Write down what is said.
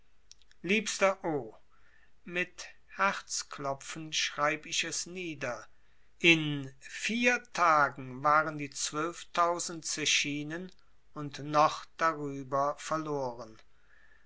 liebster o mit herzklopfen schreib ich es nieder in vier tagen waren die zwölftausend zechinen und noch darüber verloren